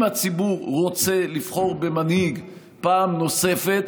אם הציבור רוצה לבחור במנהיג פעם נוספת,